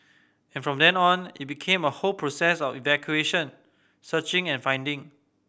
and from then on it became a whole process of excavation searching and finding